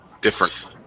different